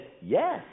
yes